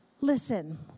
Listen